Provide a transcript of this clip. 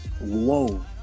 Whoa